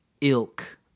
ilk